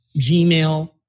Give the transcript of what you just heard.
Gmail